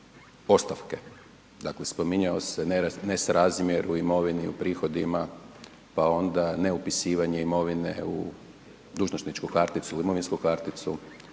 ostavke, dakle spominjao se nesrazmjer u imovini, u prihodima, pa onda ne upisivanje imovine u dužnosničku karticu, imovinsku karticu,